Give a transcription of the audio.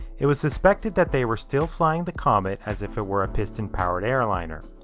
it was suspected that they were still flying the comet as if it were a piston powered airliner.